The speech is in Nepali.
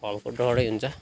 हल्का डरै हुन्छ